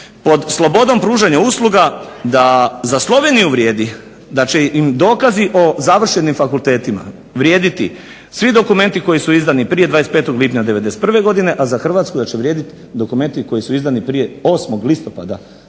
pod Slobodom pružanja usluga da za Sloveniju vrijedi da će im dokazi o završenim fakultetima vrijediti svi dokumenti koji su izdani prije 25. lipnja 91. godine, a za Hrvatsku da će vrijediti dokumenti koji su izdani prije 8. listopada